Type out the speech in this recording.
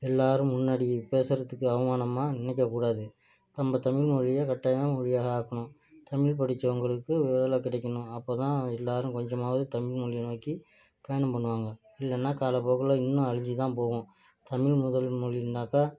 எல்லாரு முன்னாடி பேசுறதுக்கு அவமானமாக நினைக்க கூடாது நம்ம தமிழ் மொழியை கட்டாயமாக மொழியாக ஆக்கணும் தமிழ் படிச்சவங்களுக்கு வேலை கிடைக்கணும் அப்போதான் எல்லாரும் கொஞ்சமாவது தமிழ் மொழியை நோக்கி பயணம் பண்ணுவாங்க இல்லைனா காலப்போக்கில் இன்னும் அழிஞ்சுதான் போகும் தமிழ் முதல் மொழினாக்கா